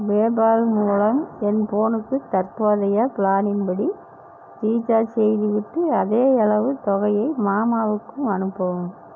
PayPal மூலம் என் ஃபோனுக்கு தற்போதைய பிளானின் படி ரீசார்ஜ் செய்துவிட்டு அதே அளவு தொகையை மாமாவுக்கும் அனுப்பவும்